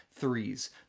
threes